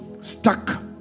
stuck